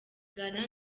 ghana